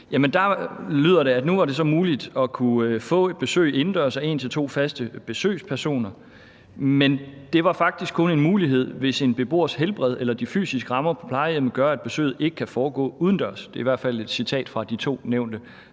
det i hvert fald, at nu var det så muligt at få besøg indendørs af en til to faste besøgspersoner. Men det er faktisk kun en mulighed, hvis en beboers helbred eller de fysiske rammer på plejehjemmet gør, at besøget ikke kan foregå udendørs. Det er i hvert fald et citat fra de to nævnte